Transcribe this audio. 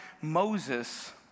Moses